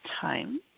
time